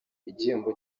igihembo